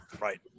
Right